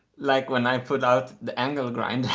like when i put out the angle grinder